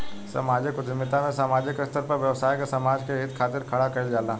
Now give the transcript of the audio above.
सामाजिक उद्यमिता में सामाजिक स्तर पर व्यवसाय के समाज के हित खातिर खड़ा कईल जाला